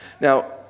Now